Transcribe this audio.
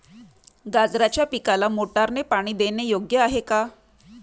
गाजराच्या पिकाला मोटारने पाणी देणे योग्य आहे का?